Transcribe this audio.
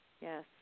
Yes